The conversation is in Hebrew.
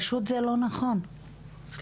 פשוט זה לא נכון, סליחה.